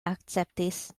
akceptis